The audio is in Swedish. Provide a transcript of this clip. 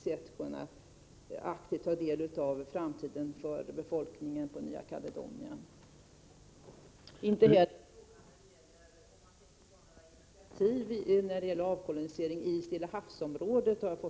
Inte heller fick jag svar på frågan om Sverige tänker ta initiativ när det gäller avkoloniseringen i Stilla havsområdet.